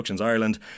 Ireland